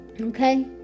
Okay